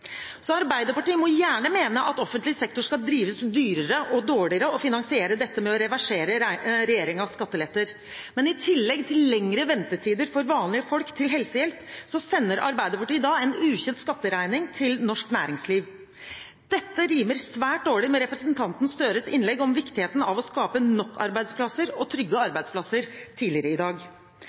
så sender Arbeiderpartiet da en ukjent skatteregning til norsk næringsliv. Dette rimer svært dårlig med representanten Gahr Støres innlegg tidligere i dag, om viktigheten av å skape nok arbeidsplasser og trygge arbeidsplasser. For når Høyres skattepolitikk angripes, slik vi akkurat så, angripes samtidig norskeide arbeidsplasser rundt om i